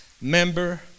member